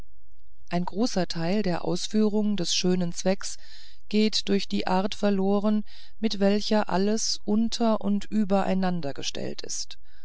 ein großer teil der ausführung des schönen zwecks geht durch die art verloren mit welcher alles unter und übereinander gestellt ist